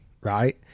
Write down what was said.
right